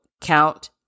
count